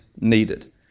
needed